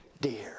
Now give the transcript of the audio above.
Dear